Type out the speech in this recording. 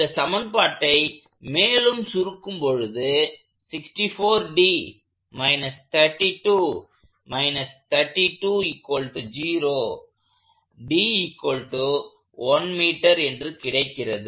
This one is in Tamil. இந்த சமன்பாட்டை மேலும் சுருக்கும் பொழுது என்று கிடைக்கிறது